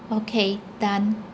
okay done